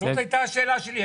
זאת הייתה השאלה שלי.